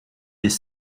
des